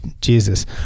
Jesus